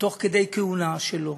תוך כדי כהונה שלו,